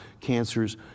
cancers